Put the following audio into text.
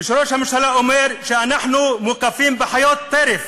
וכשראש הממשלה אומר שאנחנו מוקפים בחיות טרף,